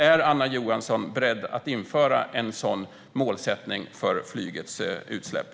Är Anna Johansson beredd att införa en sådan målsättning för flygets utsläpp?